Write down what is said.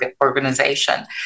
organization